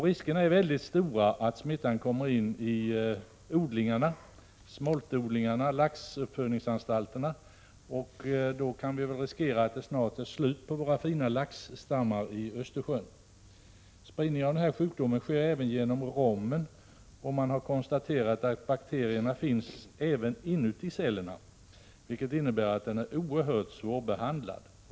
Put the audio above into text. Riskerna är mycket stora att smittan kommer in i smoltodlingarna — laxuppfödningsanstalterna — och om så blir fallet kan vi riskera att det snart är slut på våra fina laxstammar i Östersjön. Spridning av den här sjukdomen sker även genom rommen, och man har konstaterat att bakterierna finns också inuti cellerna, vilket innebär att sjukdomen är oerhört svårbehandlad.